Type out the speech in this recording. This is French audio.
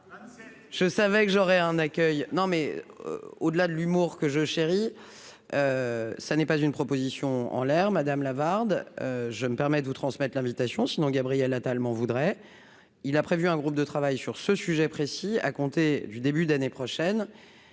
je savais que j'aurais un accueil non mais au-delà de l'humour que je chéris, ça n'est pas une proposition en l'air, madame Lavarde, je me permets de vous transmettre l'invitation si Gabriel Attal m'en voudrait, il a prévu un groupe de travail sur ce sujet précis à compter du début d'année prochaine,